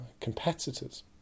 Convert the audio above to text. competitors